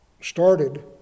started